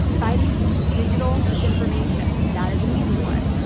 fighting digital disinformation. that is an easy one.